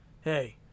hey